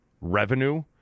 revenue